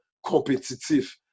compétitif